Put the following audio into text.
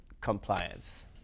Compliance